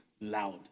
loud